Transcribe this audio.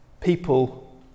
people